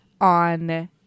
on